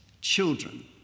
children